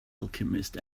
alchemist